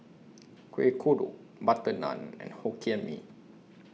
Kueh Kodok Butter Naan and Hokkien Mee